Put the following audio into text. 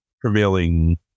prevailing